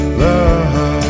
love